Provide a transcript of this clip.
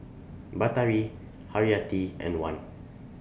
Batari Haryati and Wan